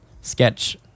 sketch